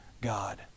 God